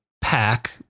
pack